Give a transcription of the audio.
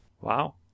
Wow